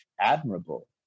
admirable